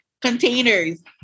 containers